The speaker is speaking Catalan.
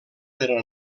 per